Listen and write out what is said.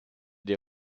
der